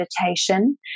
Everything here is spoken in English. meditation